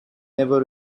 never